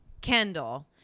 Kendall